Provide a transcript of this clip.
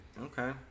Okay